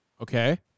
Okay